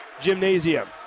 gymnasium